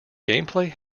gameplay